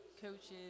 coaches –